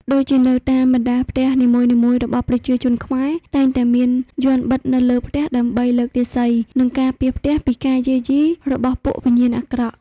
ដូចជានៅតាមបណ្តាផ្ទះនីមួយៗរបស់ប្រជាជនខ្មែរតែងតែមានយន្តបិតនៅលើផ្ទះដើម្បីលើករាសី និងការពារផ្ទះពីការយាយីរបស់ពួកវិញ្ញាណអាក្រក់